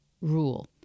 rule